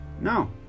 No